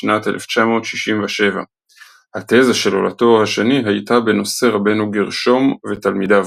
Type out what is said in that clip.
בשנת 1967. התזה שלו לתואר השני הייתה בנושא רבנו גרשום ותלמידיו,